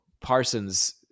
Parsons